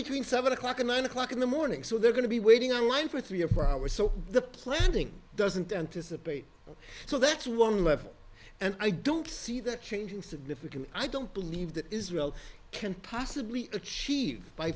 between seven o'clock and nine o'clock in the morning so they're going to be waiting on line for three or four hours so the planning doesn't anticipate so that's one level and i don't see that changing significant i don't believe that israel can possibly achieve by